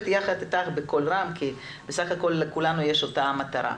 יחד איתך בקול רם כי בסך הכל לכולנו יש אותה מטרה,